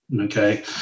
Okay